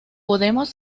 podemos